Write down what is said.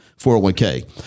401k